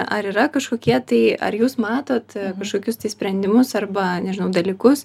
ar yra kažkokie tai ar jūs matot kažkokius tai sprendimus arba nežinau dalykus